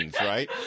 right